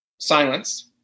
Silence